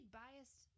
biased